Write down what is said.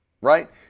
Right